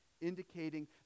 indicating